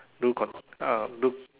do con~ ah do